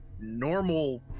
normal